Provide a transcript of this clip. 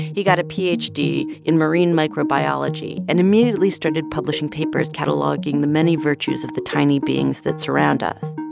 he got a ph d. in marine microbiology and immediately started publishing papers cataloging the many virtues of the tiny beings that surround us.